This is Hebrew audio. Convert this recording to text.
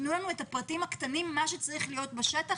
תנו לנו את הפרטים הקטנים שצריכים להיות בשטח,